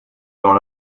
dans